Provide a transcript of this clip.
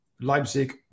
Leipzig